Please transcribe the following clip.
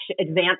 advanced